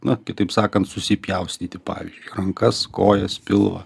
na kitaip sakant susipjaustyti pavyzdžiui rankas kojas pilvą